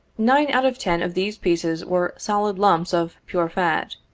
nine out of ten of these pieces were solid lumps of pure fat.